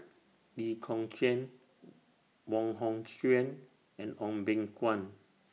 Lee Kong Chian Wong Hong Suen and Goh Beng Kwan